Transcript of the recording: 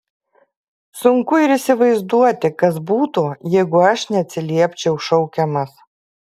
sunku ir įsivaizduoti kas būtų jeigu aš neatsiliepčiau šaukiamas